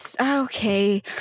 okay